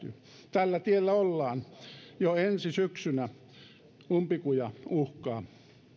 tällä tiellä ollaan jo ensi syksynä umpikuja uhkaa